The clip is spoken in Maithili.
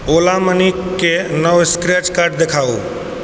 ओला मनीके नव स्क्रैच कार्ड देखाउ